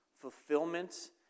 fulfillment